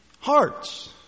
hearts